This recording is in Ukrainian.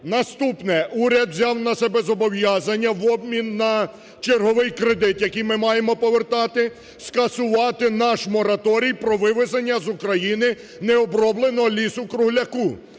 Наступне. Уряд взяв на себе зобов'язання в обмін на черговий кредит, який ми маємо повертати, скасувати наш мораторій про вивезення з України необробленого лісу-кругляку.